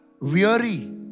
weary